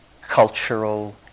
cultural